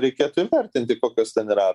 reikėtų įvertinti kokios ten yra